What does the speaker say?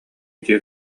дьиэ